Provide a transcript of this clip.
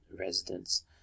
residents